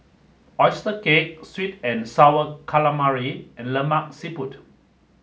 Oyster Cake Sweet and Sour Calamari and Lemak Siput